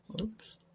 oops